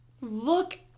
look